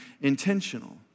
intentional